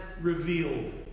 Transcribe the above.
revealed